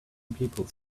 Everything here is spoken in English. people